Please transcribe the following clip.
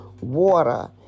water